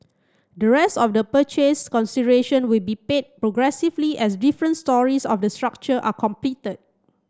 the rest of the purchase consideration will be paid progressively as different storeys of the structure are completed